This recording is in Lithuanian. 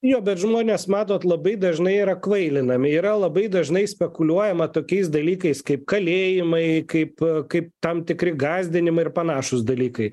jo bet žmonės matot labai dažnai yra kvailinami yra labai dažnai spekuliuojama tokiais dalykais kaip kalėjimai kaip kaip tam tikri gąsdinimai ir panašūs dalykai